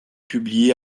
publiée